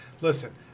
listen